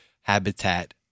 habitat